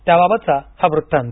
त्याबाबतचा हा वृत्तांत